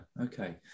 Okay